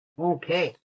Okay